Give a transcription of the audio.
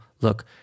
Look